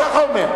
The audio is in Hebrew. הוא ככה אומר.